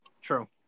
true